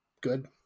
good